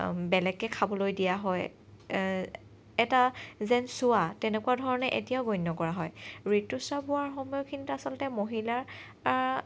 বেলেগকৈ খাবলৈ দিয়া হয় এটা যেন চুৱা তেনেকুৱাধৰণে এতিয়াও গণ্য কৰা হয় ঋতুস্ৰাৱ হোৱাৰ সময়খিনিত আচলতে মহিলাৰ